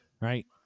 right